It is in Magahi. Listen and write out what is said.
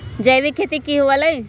जैविक खेती की हुआ लाई?